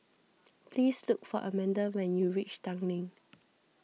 please look for Amanda when you reach Tanglin